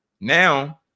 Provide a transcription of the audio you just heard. now